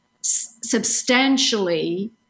substantially